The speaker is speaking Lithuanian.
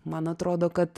man atrodo kad